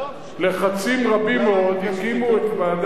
אחרי לחצים רבים מאוד הקימו את ועדת,